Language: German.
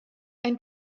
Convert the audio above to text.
ein